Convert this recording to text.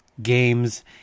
games